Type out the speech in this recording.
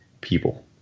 people